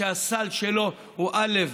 הסל שלו הוא א',